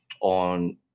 on